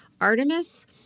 Artemis